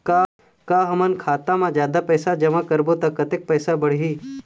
का हमन खाता मा जादा पैसा जमा करबो ता कतेक पैसा बढ़ही?